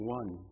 one